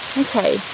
Okay